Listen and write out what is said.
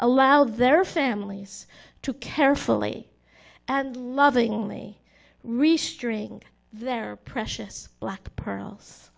allow their families to carefully and lovingly restring their precious black pearls